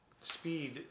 speed